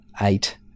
eight